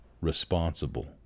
responsible